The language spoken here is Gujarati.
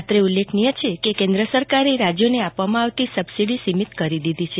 અત્રે ઉલ્લેખનીય છે કે કેન્દ્ર સરકારે રાજ્યોને આપવામાં આવતી સબસીડી સીમિત કરી દીધી છે